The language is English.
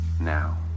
now